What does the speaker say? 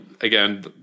again